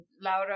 Laura